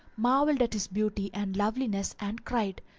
marvelled at his beauty and loveliness and cried,